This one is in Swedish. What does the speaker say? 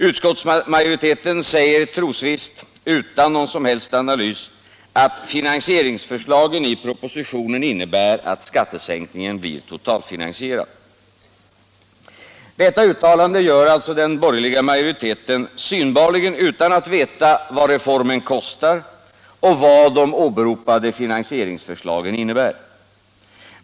Utskottsmajoriteten säger trosvisst — utan någon som helst analys — att finansieringsförslagen i propositionen innebär att skattesänkningen blir totalfinansierad. Detta uttalande gör alltså den borgerliga majoriteten synbarligen utan att veta vad reformen kostar och vad de åberopade finansieringsförslagen innebär.